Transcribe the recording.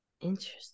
Interesting